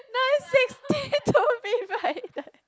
nine sixteen told me